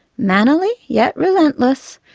mannerly yet relentless,